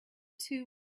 two